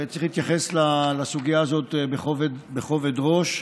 וצריך להתייחס לסוגיה הזאת בכובד ראש.